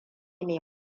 ne